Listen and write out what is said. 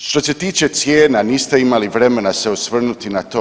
Što se tiče cijena, niste imali vremena se osvrnuti na to.